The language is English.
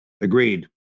Agreed